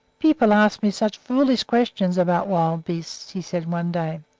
people ask me such foolish questions about wild beasts, he said one day.